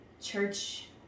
church